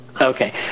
Okay